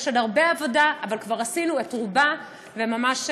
יש עוד הרבה עבודה, אבל כבר עשינו את רובה, וממש,